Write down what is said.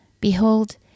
Behold